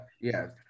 Yes